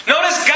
Notice